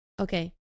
Okay